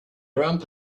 ramp